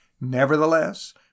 Nevertheless